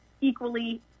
equally